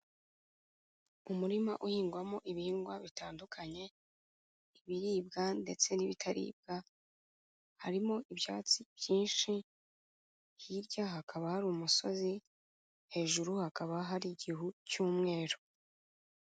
Umurima uhingwamo ibihingwa bitandukanye, ibiribwa ndetse n'ibitaribwa, harimo ibyatsi byinshi, hirya hakaba hari umusozi, hejuru hakaba hari igihu cy'umweru.